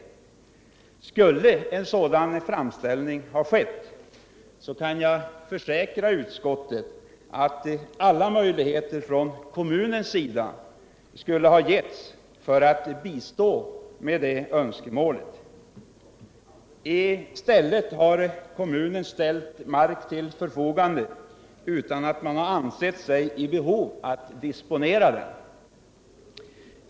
Om det hade gjorts en sådan framställning kan jag försäkra att kommunen skulle ha gjort allt för att tillgodose det önskemålet. I stället är det så att kommunen har ställt mark till förfogande utan att förbandet har ansett sig behöva disponera den.